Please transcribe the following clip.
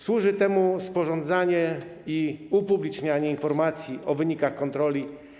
Służy temu sporządzanie i upublicznianie informacji o wynikach kontroli.